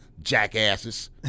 jackasses